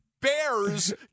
bears